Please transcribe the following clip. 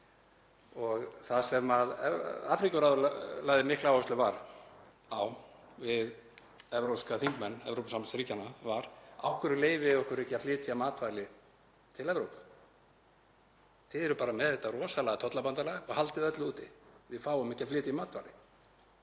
og það sem Afríkuráðið lagði mikla áherslu á við evrópska þingmenn Evrópusambandsríkjanna var: Af hverju leyfi þið okkur ekki að flytja matvæli til Evrópu? Þið eruð bara með þetta rosalega tollabandalag og haldið öllum úti og við fáum ekki að flytja inn matvæli.